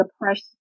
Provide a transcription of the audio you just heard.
depression